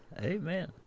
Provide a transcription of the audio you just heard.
Amen